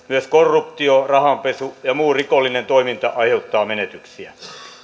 myös korruptio rahanpesu ja muu rikollinen toiminta aiheuttavat menetyksiä